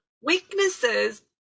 weaknesses